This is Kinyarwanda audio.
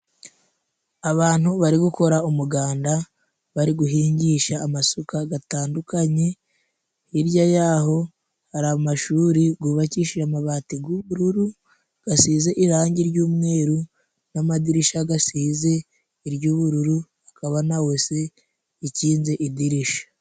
Abantu bari gukora umuganda bari guhingisha amasuka gatandukanye. Hirya y'aho hari amashuri gubakishije amabati g'ubururu, gasize irangi ry'umweru n'amadirisha gasize iry'ubururu, hakaba na wese ikinze idirisha.